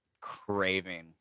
craving